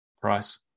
price